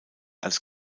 als